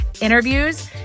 interviews